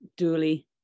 Dually